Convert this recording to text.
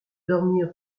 dormir